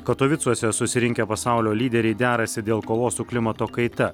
katovicuose susirinkę pasaulio lyderiai derasi dėl kovos su klimato kaita